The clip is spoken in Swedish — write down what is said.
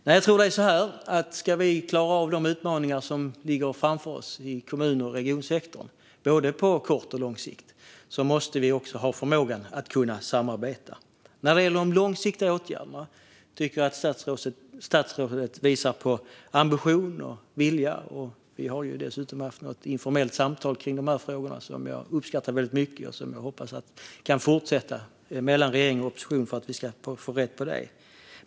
Jag tror att det är så att om vi ska klara av de utmaningar som ligger framför oss i kommun och regionsektorn, både på kort och lång sikt, måste vi också ha förmåga att samarbeta. När det gäller de långsiktiga åtgärderna tycker jag att statsrådet visar på ambition och vilja. Vi har ju dessutom haft ett informellt samtal kring dessa frågor som jag uppskattar väldigt mycket och som jag hoppas kan fortsätta mellan regeringen och oppositionen för att vi ska förbättra detta.